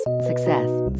Success